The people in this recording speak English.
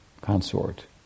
consort